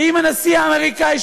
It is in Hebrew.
ואם הנשיא האמריקני,